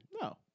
No